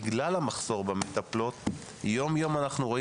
בגלל המחסור במטפלות יום-יום אנחנו רואים